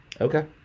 Okay